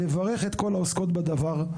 לברך את כל העוסקות בדבר,